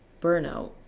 burnout